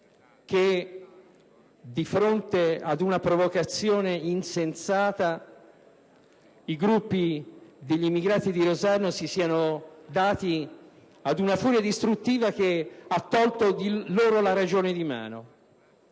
che, di fronte ad una provocazione insensata, i gruppi degli immigrati di Rosarno si siano dati ad una furia distruttiva che ha tolto loro la ragione di mano;